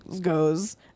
goes